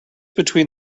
between